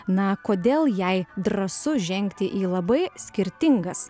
na kodėl jai drąsu žengti į labai skirtingas